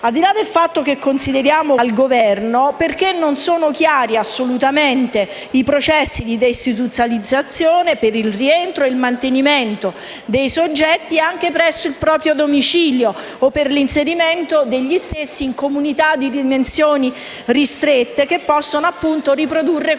delega che affidiamo al Governo. Non sono infatti assolutamente chiari i processi di deistituzionalizzazione per il rientro e il mantenimento dei soggetti anche presso il proprio domicilio o per l'inserimento degli stessi in comunità di dimensioni ristrette che possono riprodurre l'ambiente